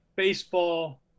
baseball